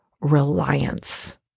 reliance